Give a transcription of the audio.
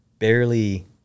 Barely